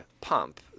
pump